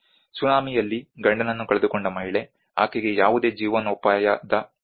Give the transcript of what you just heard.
ಸುನಾಮಿಯಲ್ಲಿ ಗಂಡನನ್ನು ಕಳೆದುಕೊಂಡ ಮಹಿಳೆ ಆಕೆಗೆ ಯಾವುದೇ ಜೀವನೋಪಾಯದ ಬೆಂಬಲವಿಲ್ಲ